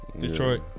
Detroit